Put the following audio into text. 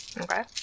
Okay